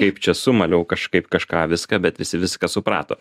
kaip čia sumaliau kažkaip kažką viską bet visi viską suprato